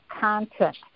content